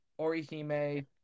Orihime